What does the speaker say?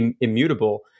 immutable